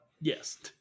Yes